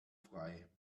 frei